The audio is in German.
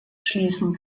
schließen